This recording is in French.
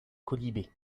quolibets